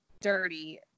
dirty